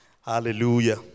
Hallelujah